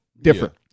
Different